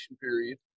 period